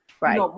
Right